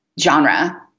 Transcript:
genre